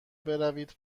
بروید